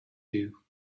you